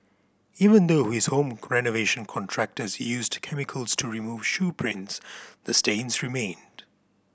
even though his home renovation contractors used chemicals to remove shoe prints the stains remained